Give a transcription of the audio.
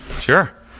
Sure